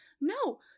No